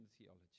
theology